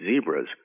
zebras